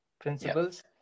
principles